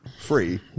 free